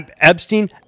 Epstein